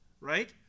right